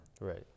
Right